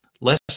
less